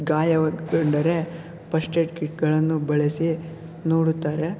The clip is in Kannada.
ಗಾಯಗೊಂಡರೆ ಪಸ್ಟ್ಏಡ್ ಕಿಟ್ಗಳನ್ನು ಬಳಸಿ ನೋಡುತ್ತಾರೆ